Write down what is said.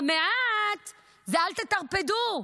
המעט זה, אל תטרפדו,